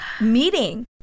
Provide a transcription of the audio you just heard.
meeting